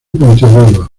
puntiagudo